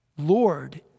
Lord